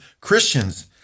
Christians